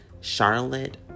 Charlotte